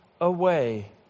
away